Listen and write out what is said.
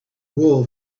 wool